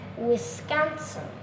Wisconsin